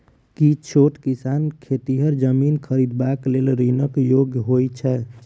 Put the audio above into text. की छोट किसान खेतिहर जमीन खरिदबाक लेल ऋणक योग्य होइ छै?